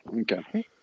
Okay